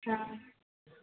ആ